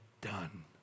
done